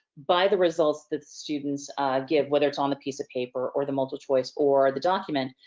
by the results that students give whether it's on the piece of paper or the multiple choice, or the document.